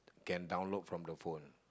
get download from the phone